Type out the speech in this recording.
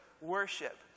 worship